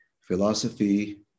philosophy